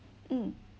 mm